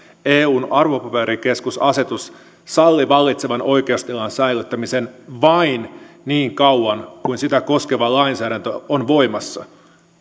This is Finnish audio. eun arvopaperikeskusasetus sallii vallitsevan oikeustilan säilyttämisen vain niin kauan kuin sitä koskeva lainsäädäntö on voimassa